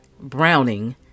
Browning